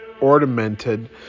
ornamented